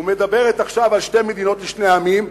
ומדברת עכשיו על שתי מדינות לשני עמים,